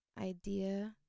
Idea